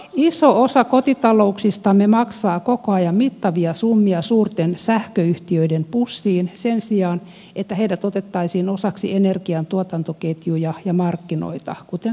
iso osa kotitalouksistamme maksaa koko ajan mittavia summia suurten sähköyhtiöiden pussiin sen sijaan että heidät otettaisiin osaksi energian tuotantoketjuja ja markkinoita kuten saksassa hän toteaa